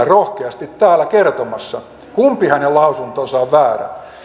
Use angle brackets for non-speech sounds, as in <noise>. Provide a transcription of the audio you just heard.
<unintelligible> rohkeasti täällä kertomassa kumpi hänen lausuntonsa on väärä